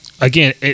again